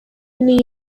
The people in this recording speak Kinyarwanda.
niyo